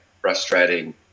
frustrating